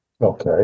Okay